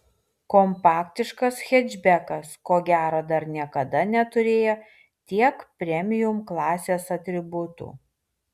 kompaktiškas hečbekas ko gero dar niekada neturėjo tiek premium klasės atributų